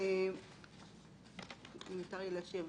לנפנף אותו ככה בקלות, להחביא אותו.